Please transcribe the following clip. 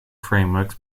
frameworks